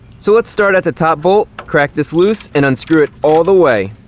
so let's start at the top bolt. crack this loose and unscrew it all the way.